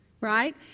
right